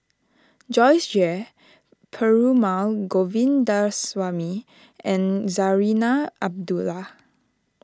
Joyce Jue Perumal Govindaswamy and Zarinah Abdullah